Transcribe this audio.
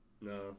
No